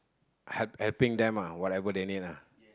helping them whatever they need